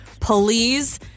please